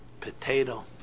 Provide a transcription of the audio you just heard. potato